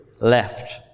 left